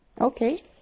okay